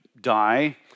die